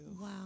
Wow